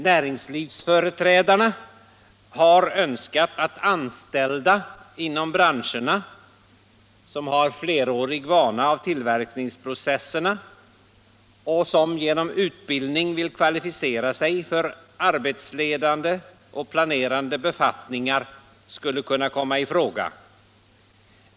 Näringslivsföreträdarna önskar att anställda inom branscherna som har flerårig vana av tillverkningsprocesserna och som genom utbildning vill kvalificera sig för arbetsledande och planerande befattningar skall kunna komma i fråga.